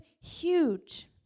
huge